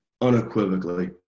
unequivocally